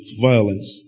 violence